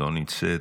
לא נמצאת,